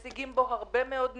משיגים בו הרבה מאוד ניסיון,